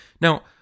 Now